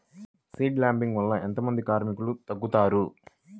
Seed లేంబింగ్ వల్ల ఎంత మంది కార్మికులు తగ్గుతారు?